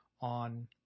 on